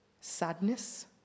sadness